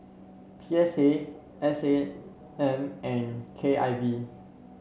P S A S A M and K I V